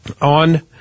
on